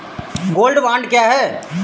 Gold bond क्या है?